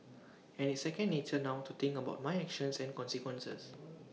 and it's second nature now to think about my actions and consequences